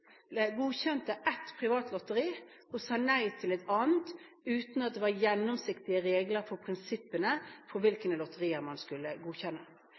ett privat lotteri og sa nei til et annet, uten at det var gjennomsiktige regler for prinsippene for hvilke lotterier man skulle godkjenne.